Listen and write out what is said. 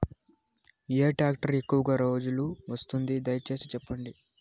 ఏ tractor ఎక్కువగా రోజులు వస్తుంది, దయసేసి చెప్పండి?